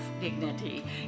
dignity